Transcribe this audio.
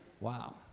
Wow